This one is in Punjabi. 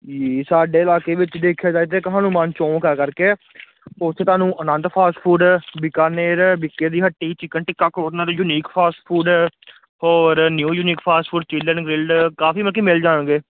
ਜੀ ਸਾਡੇ ਇਲਾਕੇ ਵਿੱਚ ਦੇਖਿਆ ਜਾਏ ਤਾਂ ਇੱਕ ਹਨੂੰਮਾਨ ਚੌਂਕ ਆ ਕਰਕੇ ਉੱਥੇ ਤੁਹਾਨੂੰ Anand fast food Bikaner B K ਦੀ ਹੱਟੀ chicken tikka corner unique fast food ਔਰ ਨਿਊ ਯੂਨੀਕ ਫਾਸਟ ਫੂਡ ਚੀਲਨ ਗ੍ਰਿਲਡ ਕਾਫੀ ਮਤਲਬ ਕਿ ਮਿਲ ਜਾਣਗੇ